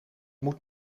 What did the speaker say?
moet